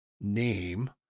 name